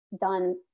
done